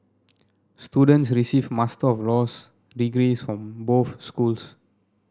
students receive Master of Laws degrees from both schools